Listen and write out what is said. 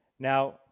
Now